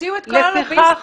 לפחכך